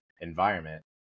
environment